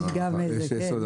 יש גם את זה.